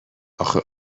اخه